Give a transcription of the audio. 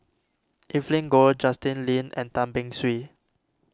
Evelyn Goh Justin Lean and Tan Beng Swee